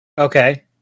Okay